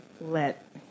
let